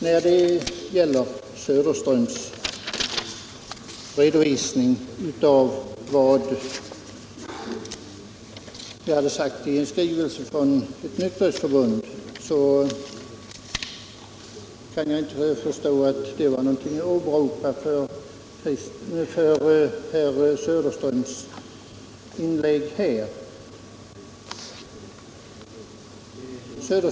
Herr Söderström citerade ett uttalande av ett nykterhetsförbund, men jag kan inte förstå att detta var någonting att åberopa med anledning av hans inlägg här i dag.